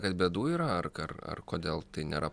kad bėdų yra ar ar ar kodėl tai nėra